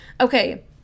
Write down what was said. Okay